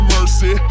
Mercy